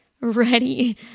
ready